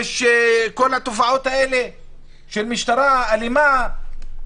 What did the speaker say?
יש את כל התופעות האלה של משטרה אלימה.